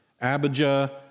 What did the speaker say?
Abijah